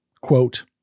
quote